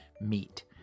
meet